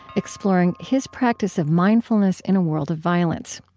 exploring his practice of mindfulness in a world of violence.